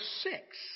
six